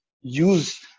use